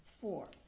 four